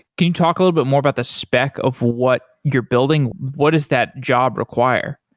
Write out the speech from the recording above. can you talk a little bit more about the spec of what you're building? what does that job require?